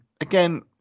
again